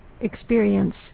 experience